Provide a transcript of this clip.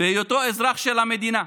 בהיותו אזרח של המדינה.